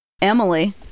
Emily